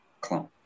clone